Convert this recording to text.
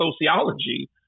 sociology